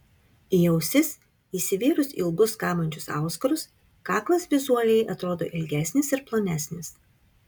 į ausis įsivėrus ilgus kabančius auskarus kaklas vizualiai atrodo ilgesnis ir plonesnis